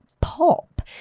pop